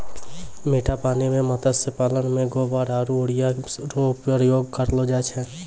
मीठा पानी मे मत्स्य पालन मे गोबर आरु यूरिया रो प्रयोग करलो जाय छै